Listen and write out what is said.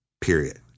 period